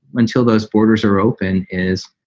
until those borders are open is,